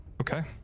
Okay